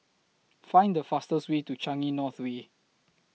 Find The fastest Way to Changi North Way